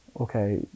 Okay